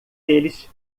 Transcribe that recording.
eles